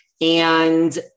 and-